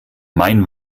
mein